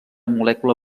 molècula